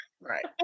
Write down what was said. right